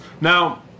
now